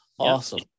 awesome